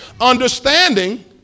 Understanding